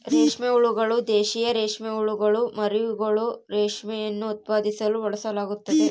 ರೇಷ್ಮೆ ಹುಳುಗಳು, ದೇಶೀಯ ರೇಷ್ಮೆಹುಳುಗುಳ ಮರಿಹುಳುಗಳು, ರೇಷ್ಮೆಯನ್ನು ಉತ್ಪಾದಿಸಲು ಬಳಸಲಾಗ್ತತೆ